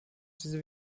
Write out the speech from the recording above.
diese